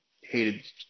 hated